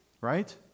Right